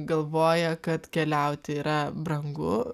galvoja kad keliauti yra brangu